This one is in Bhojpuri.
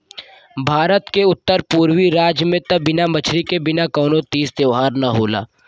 भारत के उत्तर पुरबी राज में त बिना मछरी के बिना कवनो तीज त्यौहार ना होला